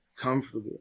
comfortable